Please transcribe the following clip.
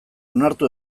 onartu